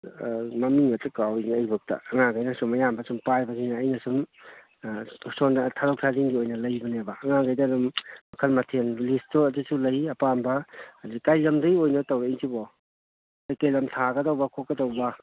ꯃꯃꯤꯡꯒꯁꯦ ꯀꯥꯎꯋꯤꯅꯦ ꯑꯩꯕꯣꯛꯇ ꯑꯉꯥꯡꯉꯩꯅ ꯁꯨꯝ ꯑꯌꯥꯝꯕ ꯁꯨꯝ ꯄꯥꯏꯕꯅꯤꯅ ꯑꯩꯅ ꯁꯨꯝ ꯁꯣꯝꯗ ꯊꯥꯗꯣꯛ ꯊꯥꯖꯤꯟꯒꯤ ꯑꯣꯏꯅ ꯂꯩꯕꯅꯦꯕ ꯑꯉꯥꯡꯉꯩꯗ ꯑꯗꯨꯝ ꯃꯈꯟ ꯃꯊꯦꯟꯒꯤ ꯂꯤꯁꯇꯣ ꯑꯗꯨꯁꯨ ꯂꯩ ꯑꯄꯥꯝꯕ ꯑꯗꯒꯤ ꯀꯔꯤ ꯂꯝꯗꯩꯅꯣ ꯑꯣꯏꯅ ꯇꯧꯔꯛꯏꯁꯤꯕꯣ ꯀꯔꯤ ꯀꯔꯤ ꯂꯝ ꯊꯥꯒꯗꯧꯕ ꯈꯣꯠꯀꯗꯧꯕ